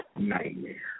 nightmare